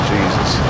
Jesus